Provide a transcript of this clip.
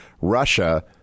Russia